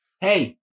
Hey